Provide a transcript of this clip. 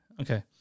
Okay